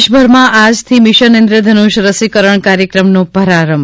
દેશભરમાં આજથી મિશન ઇન્દ્રધનુષ રસીકરણ કાર્યક્રમનો પ્રારંભ